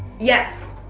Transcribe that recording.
yes,